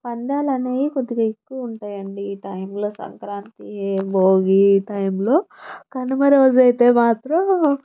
పందాలు అనేవి కొద్దిగా ఎక్కువ ఉంటాయండి ఈ టైంలో సంక్రాంతి భోగి ఈ టైంలో కనుమ రోజైతే మాత్రం